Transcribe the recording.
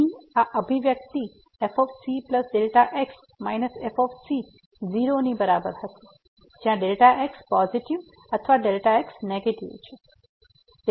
અહીં આ અભિવ્યક્તિ f cx fc 0 ની બરાબર હશે જ્યાં Δx પોઝીટીવ અથવા Δx નેગેટીવ છે